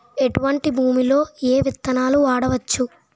ఎటువంటి భూమిలో ఏ విత్తనాలు వాడవచ్చు?